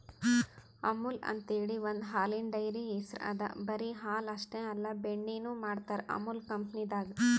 ಅಮುಲ್ ಅಂಥೇಳಿ ಒಂದ್ ಹಾಲಿನ್ ಡೈರಿ ಹೆಸ್ರ್ ಅದಾ ಬರಿ ಹಾಲ್ ಅಷ್ಟೇ ಅಲ್ಲ ಬೆಣ್ಣಿನು ಮಾಡ್ತರ್ ಅಮುಲ್ ಕಂಪನಿದಾಗ್